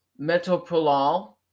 metoprolol